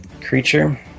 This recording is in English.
creature